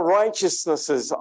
righteousnesses